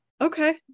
Okay